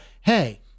Hey